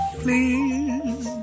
please